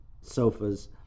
sofas